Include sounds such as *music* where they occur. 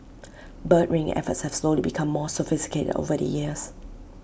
*noise* bird ringing efforts have slowly become more sophisticated over the years